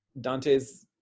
Dante's